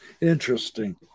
interesting